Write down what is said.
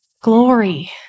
glory